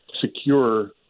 secure